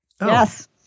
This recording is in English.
Yes